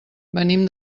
venim